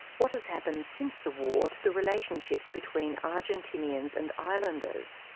what has happened since the war to the relationships between argentinians and islanders,